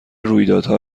رویدادها